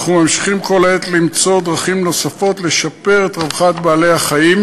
אנחנו ממשיכים כל העת למצוא דרכים נוספות לשפר את רווחת בעלי-החיים.